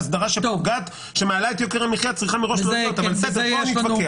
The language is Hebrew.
אסדרה שמעלה את יוקר המחיה צריכה מראש --- אבל פה נתווכח.